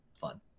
Fun